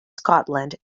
scotland